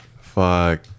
Fuck